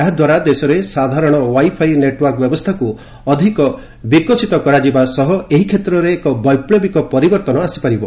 ଏହାଦ୍ୱାରା ଦେଶରେ ସାଧାରଣ ୱାଇ ଫାଇ ନେଟ୍ୱର୍କ ବ୍ୟବସ୍ଥାକୁ ଅଧିକ ବିକଶିତ କରାଯିବା ସହ ଏହି କ୍ଷେତ୍ରରେ ଏକ ବୈପ୍ଲବିକ ପରିବର୍ତ୍ତନ ଆସିପାରିବ